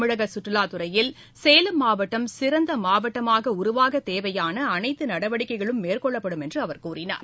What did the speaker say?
தமிழக சுற்றுலாத்துறையில் சேலம் மாவட்டம் சிறந்த மாவட்டமாக உருவாகுவதற்கு தேவையாள அனைத்து நடவடிக்கைகளும் மேற்கொள்ளப்படும் என்று அவர் கூறினார்